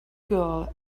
girl